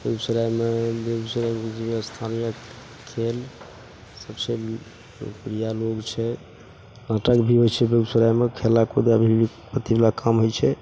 बेगूसरायमे बेगूसरायमे जे स्थानीय खेलसब छै लोकप्रिय लोक छै नाटक भी होइ छै बेगूसरायमे खेलैकुदै भी अथीवला काम होइ छै